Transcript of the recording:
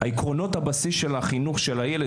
עקרונות הבסיס של החינוך של הילד,